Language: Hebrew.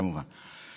כמובן.